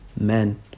men